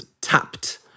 tapped